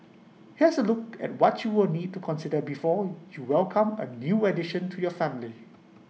here's A look at what you will need to consider before you welcome A new addition to your family